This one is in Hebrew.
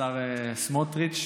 השר סמוֹטריץ',